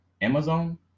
Amazon